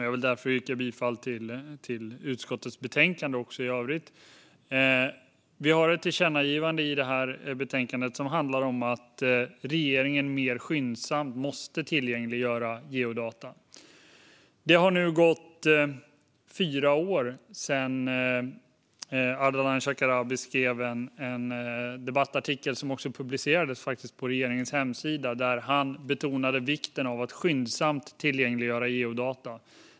Jag vill yrka bifall till utskottets förslag också i övrigt, men vi föreslår ett tillkännagivande om att regeringen mer skyndsamt måste tillgängliggöra geodata. Det har nu gått fyra år sedan Ardalan Shekarabi skrev en debattartikel, som också publicerades på regeringens hemsida, där han betonade vikten av att skyndsamt tillgängliggöra geodata.